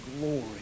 glory